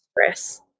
stress